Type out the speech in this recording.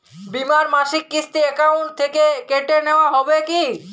বিমার মাসিক কিস্তি অ্যাকাউন্ট থেকে কেটে নেওয়া হবে কি?